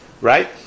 right